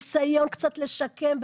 ניסיון קצת לשקם.